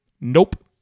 Nope